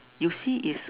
you see is